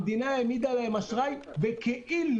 המדינה העמידה להם אשראי בכאילו.